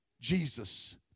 Jesus